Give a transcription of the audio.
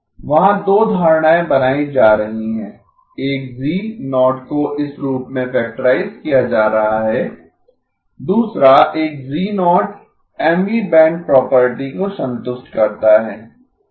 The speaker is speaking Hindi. वहाँ दो धारणाएं बनाई जा रही हैं एक G0 को इस रूप में फैक्टराइज किया जा रहा है दूसरा एक G0 Mवीं बैंड प्रॉपर्टी को संतुष्ट करता है